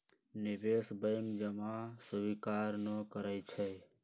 निवेश बैंक जमा स्वीकार न करइ छै